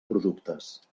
productes